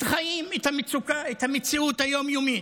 את החיים, את המצוקה, את המציאות היום-יומית,